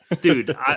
Dude